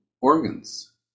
organs